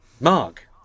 Mark